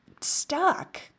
stuck